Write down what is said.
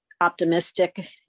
optimistic